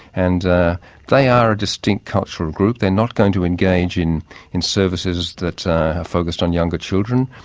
and they are a distinct cultural group, they are not going to engage in in services that are focussed on younger children,